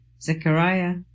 Zechariah